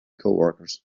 coworkers